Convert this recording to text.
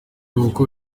kuko